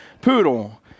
Poodle